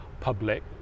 public